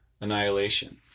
annihilation